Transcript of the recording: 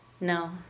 no